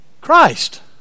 Christ